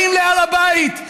באים להר הבית,